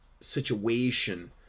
situation